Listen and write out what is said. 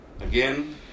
Again